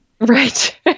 Right